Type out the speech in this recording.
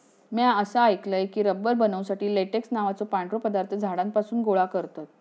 म्या असा ऐकलय की, रबर बनवुसाठी लेटेक्स नावाचो पांढरो पदार्थ झाडांपासून गोळा करतत